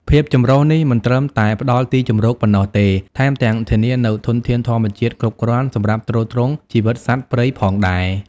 ភាពចម្រុះនេះមិនត្រឹមតែផ្តល់ទីជម្រកប៉ុណ្ណោះទេ ថែមទាំងធានានូវធនធានធម្មជាតិគ្រប់គ្រាន់សម្រាប់ទ្រទ្រង់ជីវិតសត្វព្រៃផងដែរ។